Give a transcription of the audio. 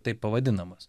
taip pavadinamas